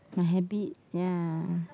my habit ya